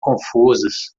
confusas